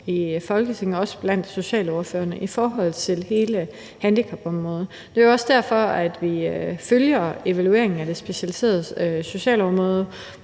i Folketinget i forhold til hele handicapområdet. Det er også derfor, at vi følger evalueringen af det specialiserede socialområde,